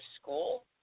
school